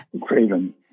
Craven